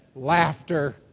Laughter